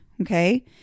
Okay